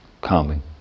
calming